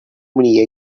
many